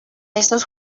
estos